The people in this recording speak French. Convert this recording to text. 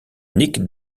nic